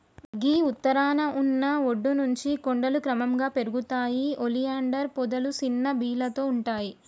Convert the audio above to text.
గీ ఉత్తరాన ఉన్న ఒడ్డు నుంచి కొండలు క్రమంగా పెరుగుతాయి ఒలియాండర్ పొదలు సిన్న బీలతో ఉంటాయి